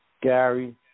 Gary